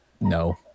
No